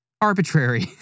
arbitrary